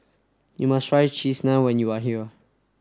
you must try cheese naan when you are here